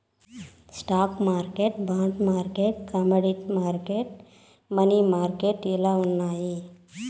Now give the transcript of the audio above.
stock మార్కెట్లు bond మార్కెట్లు commodity మార్కెట్లు, మనీ మార్కెట్లు ఇలా ఉన్నాయి